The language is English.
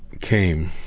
came